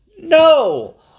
No